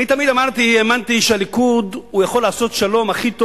אני תמיד האמנתי שהליכוד יכול לעשות שלום הכי טוב.